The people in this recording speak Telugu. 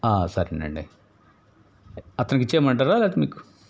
సరేనండి అతనికి ఇచ్చేయమంటారా లేదా మీకు